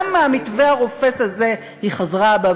גם מהמתווה הרופס הזה היא חזרה בה,